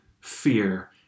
fear